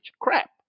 crap